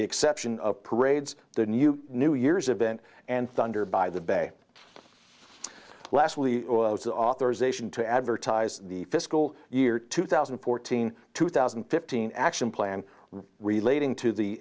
the exception of parades the new new year's event and thunder by the bay lastly the authorization to advertise the fiscal year two thousand and fourteen two thousand and fifteen action plan relating to the